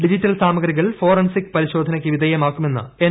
digital സാമഗ്രികൾ forensic പരിശോധനയ്ക്ക് വിധേയമാക്കുമെന്ന് എൻ